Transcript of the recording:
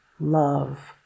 love